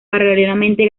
paralelamente